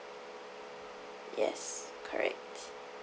yes correct